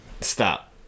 Stop